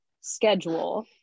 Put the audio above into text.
schedule